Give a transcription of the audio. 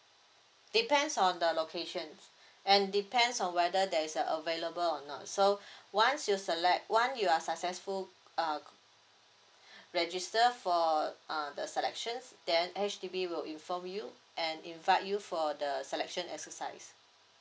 depends on the location and depends on whether there's a available or not so once you select once you are successful err register for uh the selections then H_D_B will inform you and invite you for the selection exercise